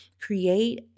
create